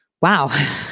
wow